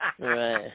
Right